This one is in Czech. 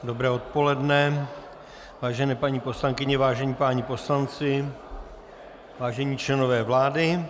Dobré odpoledne, vážené paní poslankyně, vážení páni poslanci, vážení členové vlády.